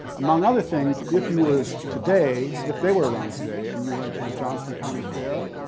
among other things, if you were today, if they were around today and you went to the johnson county fair,